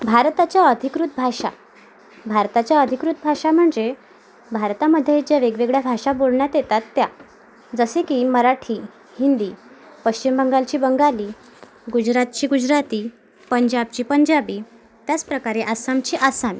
भारताच्या अधिकृत भाषा भारताच्या अधिकृत भाषा म्हणजे भारतामधे ज्या वेगवेगळ्या भाषा बोलण्यात येतात त्या जसे की मराठी हिंदी पश्चिम बंगालची बंगाली गुजरातची गुजराती पंजाबची पंजाबी त्याचप्रकारे आसामची आसामी